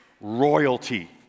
Royalty